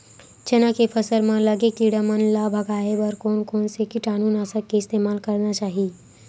चना के फसल म लगे किड़ा मन ला भगाये बर कोन कोन से कीटानु नाशक के इस्तेमाल करना चाहि?